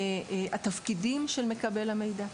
התפקידים של מקבל המידע.